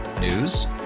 News